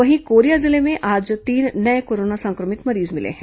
वहीं कोरिया जिले में आज तीन नये कोरोना संक्रमित मरीज मिले हैं